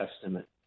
Testament